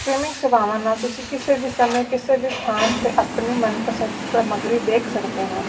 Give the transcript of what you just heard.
streaming ਸੇਵਾਵਾਂ ਨਾਲ ਤੁਸੀਂ ਕਿਸੇ ਵੀ ਸਮੇਂ ਕਿਸੇ ਵੀ ਸਥਾਨ 'ਤੇ ਆਪਣੀ ਮਨਪਸੰਦ ਸਮੱਗਰੀ ਦੇਖ ਸਕਦੇ ਹੋ